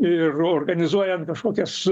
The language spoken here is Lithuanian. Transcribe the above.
ir organizuojant kažkokias